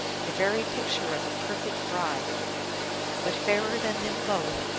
the very picture of a perfect bride but fairer than them both,